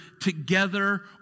together